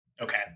Okay